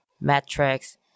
metrics